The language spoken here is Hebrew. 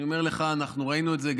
אני אומר לך, אנחנו ראינו את זה.